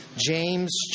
James